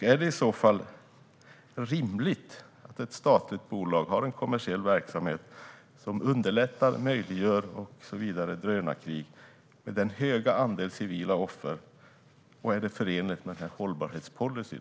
Är det i så fall rimligt att ett statligt bolag har en kommersiell verksamhet som underlättar, möjliggör och så vidare drönarkrig med den höga andelen civila offer? Är det förenligt med hållbarhetspolicyn?